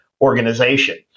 organization